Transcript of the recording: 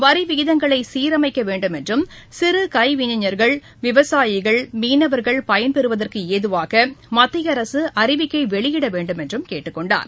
வரி விகிதங்களை சீரமைக்க வேண்டும் என்றும் சிறு கைவினைஞர்கள் விவசாயிகள் மீனவர்கள் பயன்பெறுவதற்கு ஏதுவாக மத்திய அரசு அறிவிக்கை வெளியிட வேண்டும் என்று கேட்டுக் கொண்டார்